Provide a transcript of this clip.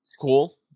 Cool